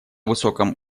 высоком